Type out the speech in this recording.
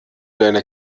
deine